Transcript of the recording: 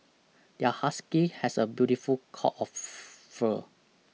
their husky has a beautiful coat of fur